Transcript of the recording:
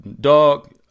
dog